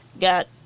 got